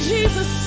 Jesus